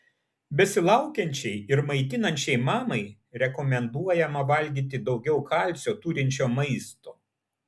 besilaukiančiai ir maitinančiai mamai rekomenduojama valgyti daugiau kalcio turinčio maisto